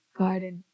garden